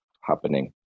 happening